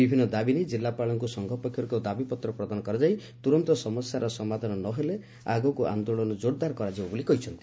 ବିଭିନ୍ନ ଦାବି ନେଇ ଜିଲ୍ଲାପାଳଙ୍କୁ ସଂଘ ପକ୍ଷରୁ ଏକ ଦାବିପତ୍ର ପ୍ରଦାନ କରାଯାଇ ତୁରନ୍ତ ସମସ୍ୟାର ସମାଧାନ ନ ହେଲେ ଆଗକୁ ଆନ୍ଦୋଳନ କରାଯିବାକୁ ଚେତାବନୀ ଦିଆଯାଇଛି